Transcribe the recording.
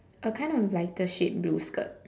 a kind of lighter shade blue skirt